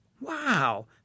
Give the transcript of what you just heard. Wow